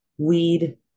weed